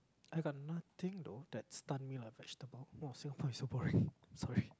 I got nothing though that stunned me like vegetable !wah! Singapore is so boring sorry